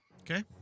Okay